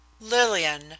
Lillian